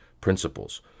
principles